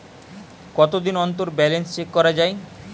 কতদিন অন্তর balance check করা য়ায়?